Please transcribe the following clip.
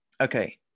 Okay